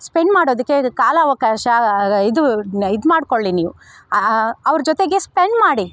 spend ಮಾಡೋದಕ್ಕೆ ಕಾಲಾವಕಾಶ ಇದು ಇದು ಮಾಡಿಕೊಳ್ಳಿ ನೀವು ಅವ್ರ ಜೊತೆಗೆ ಸ್ಪೆಂಡ್ ಮಾಡಿ